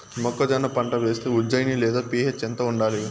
మొక్కజొన్న పంట వేస్తే ఉజ్జయని లేదా పి.హెచ్ ఎంత ఉండాలి?